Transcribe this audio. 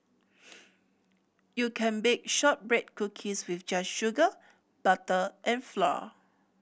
you can bake shortbread cookies with just sugar butter and flour